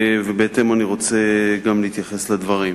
ואני רוצה להתייחס לדברים.